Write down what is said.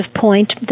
point